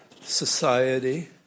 society